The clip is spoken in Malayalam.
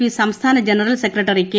പി സംസ്ഥാന ജനറൽ സെക്രട്ടറി കെ